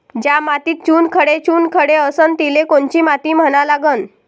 ज्या मातीत चुनखडे चुनखडे असन तिले कोनची माती म्हना लागन?